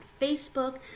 Facebook